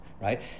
right